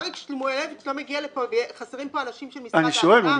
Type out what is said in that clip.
אם אריק שמילוביץ' לא מגיע לפה חסרים פה אנשים של משרד העבודה?